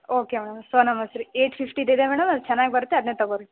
okay madam Sonamasuri eight ಫಿಫ್ಟಿದು ಇದೆ madam ಅದು ಚೆನ್ನಾಗಿ ಬರುತ್ತೆ ಅದನ್ನೇ ತಗೊಳ್ರಿ